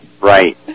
Right